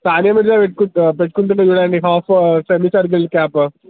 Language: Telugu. సానియా మీర్జా పెట్టుకుంటుం పెట్టుకుంటుంది చూడండి హాఫ్ సెమీ సర్కిల్ క్యాప్